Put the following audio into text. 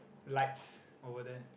lights over there